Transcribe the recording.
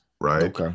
Right